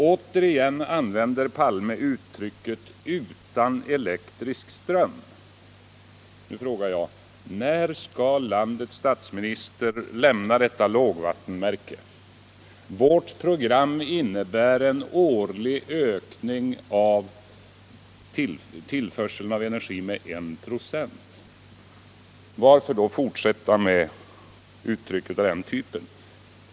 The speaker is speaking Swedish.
Återigen använder han uttrycket ”utan elektrisk ström”. Nu frågar jag: När skall landets statsminister lämna detta lågvattenmärke? Vårt program innebär en årlig ökning av energitillförseln med 1 96. Varför då fortsätta med uttryck av den typen?